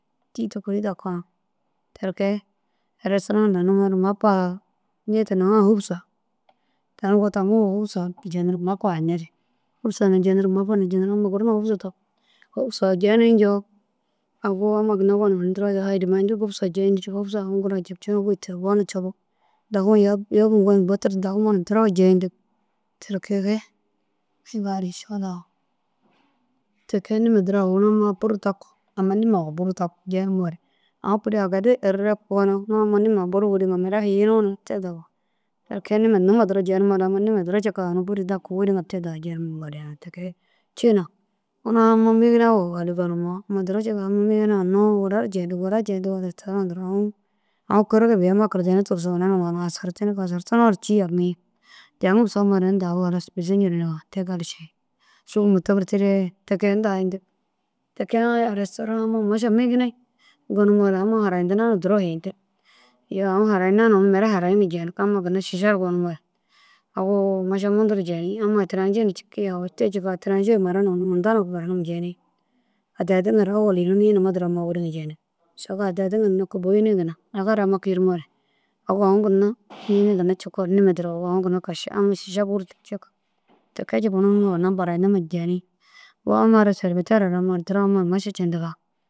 Tîi tûkuli daka teke restôraa lanimoore mappa nii tintaŋa ru humusa tani bo taŋuru humusa jenirig mappa hinne ru. Humusa na jenirig mappa na jenirig amma gur na humusa daku humusa jeni ncoo au amma gonum kiroore daha hirimenti humusa jeyinti cikoo au ajabci goyi ter wona jobi dagimoo yobum bo nterig dagimoo na duro jeyintig. Ti kege teke niima duro au ini ammai bur daku amma niimau bur daku jeniyore. Au kuiri agere irrire koo na ini amma niimau buru wuriŋa mire ini te dagu tike ini niima numa duro jenimoore amma niima duro cika ini daku wuruŋa te daa jenimoore teke. Ciina unu amma migina warum gonumoo amma duro cika migina hinnoo wura jeyinto restôra duro au kirige bêi au kirene tigiso ina ginna wadartinig. Jaŋim somore inta au bizi ncurunug au. Te gali ši suruma tigirtire tikenta tig teka restôra mire amma maša migina gonumoo re amma harayintina na duro hintigi. Iyoo au harayina na ini mire harayiniŋa jêyinig amma ginna šiša ru gonumoore au maša muntu ru jenig amma êtiraje na ciki. Au te jikanu êtiraje mura na ina hunta buranum jenig. Adda addi ŋa ru ôwol ina nii numa duro amma wuruŋa jeni saga adda addi ŋaru nokko boyini ginna agaru amma kurumoore au aú ginna nii duro cikoore nii duro amma šiša bur cikoore. Tike jika ini amma ginna burayintiŋa jeni wo amma ara selibatera amma irdira amma ru maša centiga.